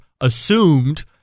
assumed